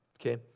Okay